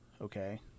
okay